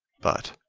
but,